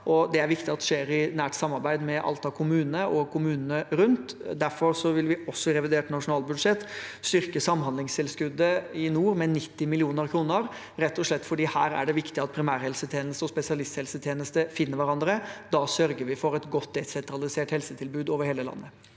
det er viktig at dette skjer i nært samarbeid med Alta kommune og kommunene rundt. Derfor vil vi også i revidert nasjonalbudsjett styrke samhandlingstilskuddet i nord med 90 mill. kr, rett og slett fordi det her er viktig at primærhelsetjeneste og spesialisthelsetjeneste finner hverandre. Da sørger vi for et godt, desentralisert helsetilbud over hele landet.